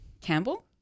Campbell